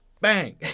Bang